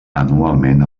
anualment